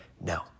No